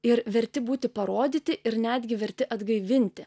ir verti būti parodyti ir netgi verti atgaivinti